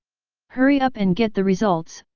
hurry up and get the results,